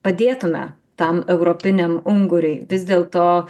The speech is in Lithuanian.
padėtume tam europiniam unguriui vis dėlto